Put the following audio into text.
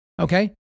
Okay